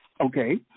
Okay